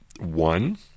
One